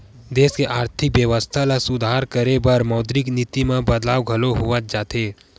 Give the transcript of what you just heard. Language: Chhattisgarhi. देस के आरथिक बेवस्था ल सुधार करे बर मौद्रिक नीति म बदलाव घलो होवत जाथे